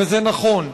וזה נכון,